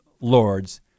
lords